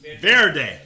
Verde